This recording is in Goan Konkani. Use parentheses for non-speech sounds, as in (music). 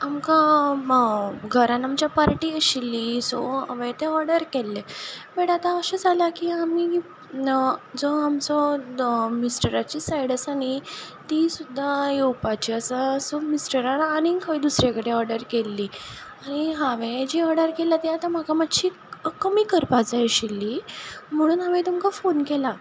आमकां (unintelligible) घरांत आमच्या पार्टी आशिल्ली सो हांवें तें ऑर्डर केल्लें बट आतां अशें जालां की आमी (unintelligible) जो आमचो मिस्टराची सायड आसा न्ही तीं सुद्दां येवपाचीं आसा सो मिस्टरान आनीक खंय दुसरे कडेन ऑर्डर केल्ली आनी हांवें जी ऑर्डर केल्या ती आतां म्हाका मातशी कमी करपाक जाय आशिल्ली म्हणून हांवें तुमकां फोन केला